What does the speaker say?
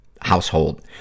household